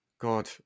God